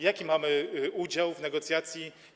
Jaki mamy udział w negocjacjach?